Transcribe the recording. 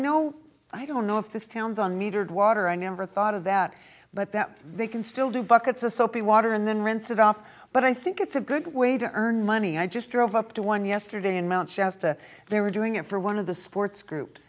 know i don't know if this town's on metered water i never thought of that but that they can still do buckets of soapy water and then rinse it off but i think it's a good way to earn money i just drove up to one dollar yesterday in mt shasta they were doing it for one of the sports groups